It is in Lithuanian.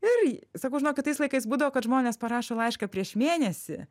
ir sakau žinokit tais laikais būdavo kad žmonės parašo laišką prieš mėnesį